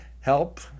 help